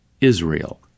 Israel